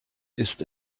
ist